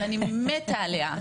אבל אני מתה עליה,